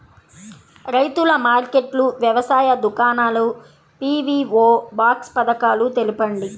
రైతుల మార్కెట్లు, వ్యవసాయ దుకాణాలు, పీ.వీ.ఓ బాక్స్ పథకాలు తెలుపండి?